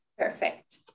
Perfect